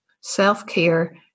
Self-care